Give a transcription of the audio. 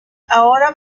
ahora